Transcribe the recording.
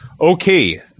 okay